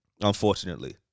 unfortunately